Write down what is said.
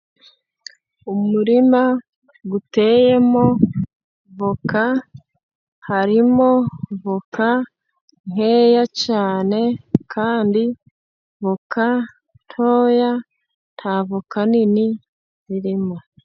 Umurima uteyemo voka, harimo voka nkeya cyane kandi vika ntoya ntavoka nini zirimo.